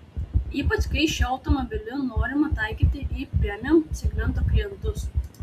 ypač kai šiuo automobiliu norima taikyti į premium segmento klientus